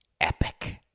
epic